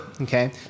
Okay